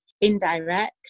indirect